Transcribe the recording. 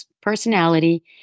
personality